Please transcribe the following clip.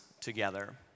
together